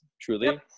truly